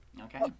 Okay